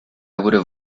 would